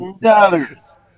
dollars